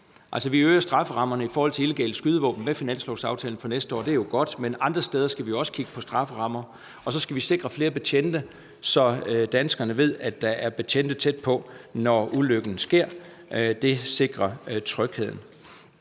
Altså, vi øger strafferammerne i forhold til illegale skydevåben med finanslovsaftalen for næste år, og det er godt, men andre steder skal vi jo også kigge på strafferammer, og så skal vi sikre flere betjente, så danskerne ved, at der er betjente tæt på, når ulykken sker. Det sikrer trygheden.